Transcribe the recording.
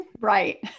Right